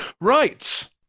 Right